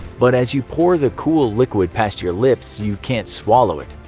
but as you pour the cool liquid past your lips, you can't swallow it.